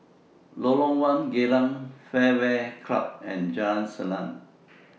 Lorong one Geylang Fairway Club and Jalan Salang